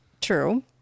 True